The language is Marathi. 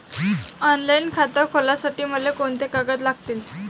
ऑनलाईन खातं खोलासाठी मले कोंते कागद लागतील?